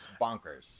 bonkers